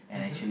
mmhmm